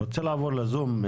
אני רוצה לעבור לזום.